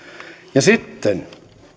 ja sitten